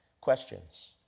questions